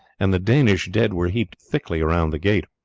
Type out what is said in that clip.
and the danish dead were heaped thickly around the gate.